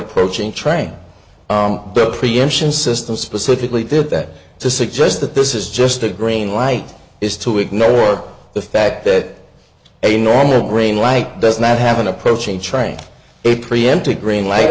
approaching train on the preemption system specifically did that to suggest that this is just a green light is to ignore the fact that a normal brain light does not have an approaching train a preemptive green light